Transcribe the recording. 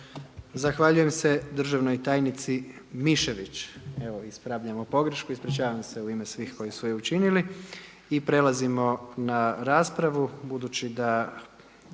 Zahvaljujem se državnoj tajnici Mišević, evo ispravljamo pogrešku, ispričavam se u ime svih koji su je učinili, i prelazimo na raspravu budući da,